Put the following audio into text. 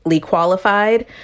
qualified